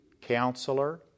counselor